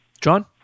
John